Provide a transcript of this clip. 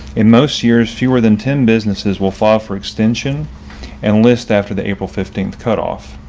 and most years fewer than ten businesses will file for extension and list after the april fifteen cutoff.